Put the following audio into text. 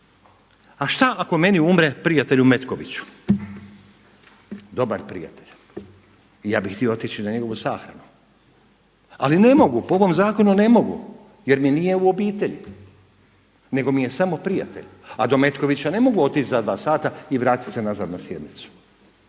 A šta ako meni umre prijatelj u Metkoviću, dobar prijatelj i ja bih htio otići na njegovu sahranu? Ali ne mogu, po ovom zakonu ne mogu jer mi nije u obitelji nego mi je samo prijatelj, a do Metkovića ne mogu otići za 2 sata i vratiti se nazad na sjednicu.